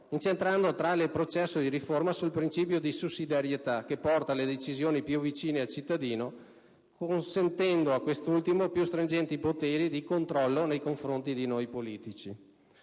incentrando tale processo di riforma sul principio di sussidiarietà, che porta le decisioni più vicine al cittadino, consentendo a quest'ultimo più stringenti poteri di controllo nei confronti di noi politici.